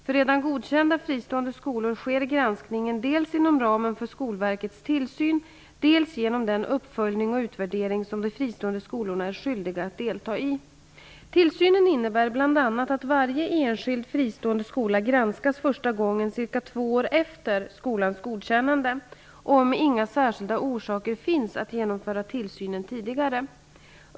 För redan godkända fristående skolor sker granskningen dels inom ramen för Skolverkets tillsyn, dels genom den uppföljning och utvärdering, som de fristående skolorna är skyldiga att delta i. Tillsynen innebär bl.a. att varje enskild fristående skola granskas första gången cirka två år efter det att skolan blivit godkänd, om inga särskilda orsaker finns att genomföra tillsynen tidigare.